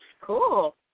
Cool